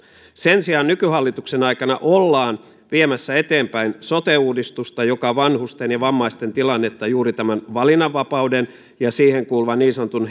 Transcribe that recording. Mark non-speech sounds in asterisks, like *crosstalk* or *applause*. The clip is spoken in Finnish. sen sijaan nykyhallituksen aikana ollaan viemässä eteenpäin sote uudistusta joka vanhusten ja vammaisten tilannetta juuri tämän valinnanvapauden ja siihen kuuluvan niin sanotun *unintelligible*